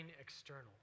external